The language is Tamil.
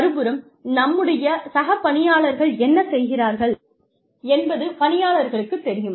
மறுபுறம் நம்முடைய சக பணியாளர்கள் என்ன செய்கிறார்கள் என்பது பணியாளர்களுக்கு தெரியும்